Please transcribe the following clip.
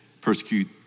persecute